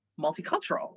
multicultural